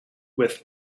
with